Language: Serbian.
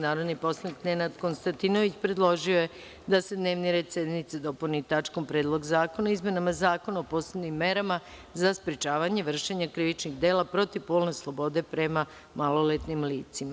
Narodni poslanik Nenad Konstantinović predložio je da se dnevni red sednice dopuni tačkom – Predlog zakona o izmeni Zakona o posebnim merama za sprečavanje vršenja krivičnih dela protiv polne slobode prema maloletnim licima.